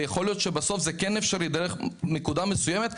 ויכול להיות שבסוף זה כן אפשרי דרך נקודה מסוימת,